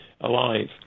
alive